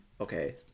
Okay